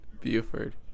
Buford